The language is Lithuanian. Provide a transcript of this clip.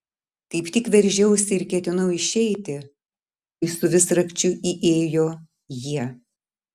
kaip tik veržiausi ir ketinau išeiti kai su visrakčiu įėjo jie